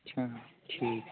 ਅੱਛਾ ਠੀਕ ਆ